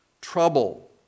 trouble